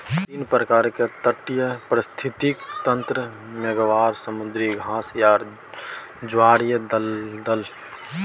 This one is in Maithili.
तीन प्रकार के तटीय पारिस्थितिक तंत्र मैंग्रोव, समुद्री घास आर ज्वारीय दलदल